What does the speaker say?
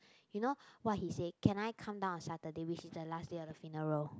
you know what he say can I come down on Saturday which is the last day of the funeral